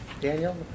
Daniel